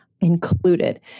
included